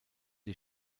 die